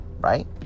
right